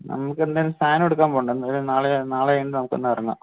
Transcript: നമുക്കെന്തായാലും സാധനം എടുക്കാൻ പോകണ്ടെ എന്തായാലും നാളെ നാളെയൊന്ന് നമുക്കൊന്നിറങ്ങാം